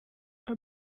are